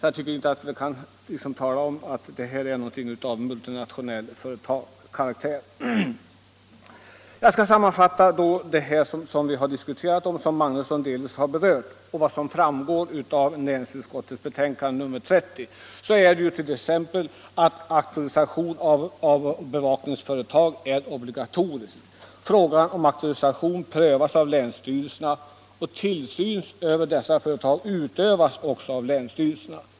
Jag tycker inte att man då kan tala om att AB Securitas har någon speciellt multinationell karaktär. Om jag skall sammanfatta det som vi diskuterar i utskottet, det som herr Magnusson delvis berört och vad som framgår av näringsutskottets betänkande nr 30 kan jag t.ex. nämna att auktorisation av bevakningsföretag är obligatorisk. Frågan om auktorisation prövas av länsstyrelsen, som också utövar tillsynen över de auktoriserade bevakningsföretagen.